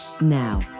Now